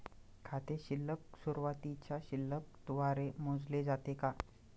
खाते शिल्लक सुरुवातीच्या शिल्लक द्वारे मोजले जाते का?